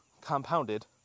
compounded